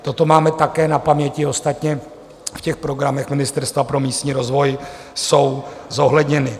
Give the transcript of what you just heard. Toto máme také na paměti, ostatně v programech Ministerstva pro místní rozvoj jsou zohledněny.